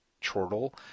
chortle